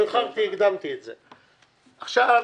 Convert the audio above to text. עכשיו,